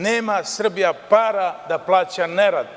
Nema Srbija para da plaća nerad.